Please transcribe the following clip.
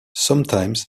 sometimes